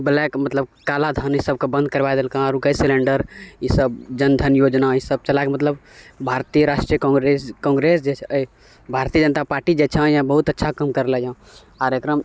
black मतलब कालाधन ईसबके बन्द करवा देलकऽ आओर गैस सिलेन्डर ईसब जनधन योजना ईसब चलाके मतलब भारतीय राष्ट्रीय काङ्ग्रेस जे छै अइ भारतीय जनता पार्टी जे छऽ बहुत अच्छा काम करलऽ हँ आओर एकरामे